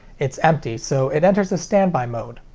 it's empty, so it enters a standby mode.